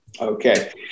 Okay